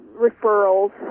referrals